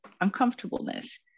uncomfortableness